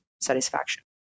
satisfaction